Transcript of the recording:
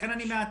לכן אני מעדכן.